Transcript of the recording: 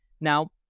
Now